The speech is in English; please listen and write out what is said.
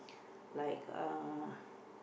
like uh